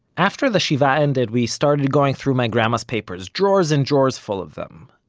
after the shiva ended, we started going through my grandma's papers drawers and drawers full of them